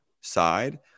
side